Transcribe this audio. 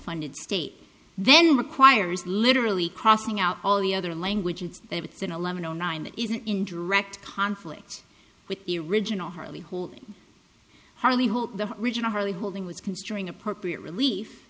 funded state then requires literally crossing out all the other language and that it's an eleven o nine that is an indirect conflict with the original harley holding harley hope the original harley holding was considering appropriate relief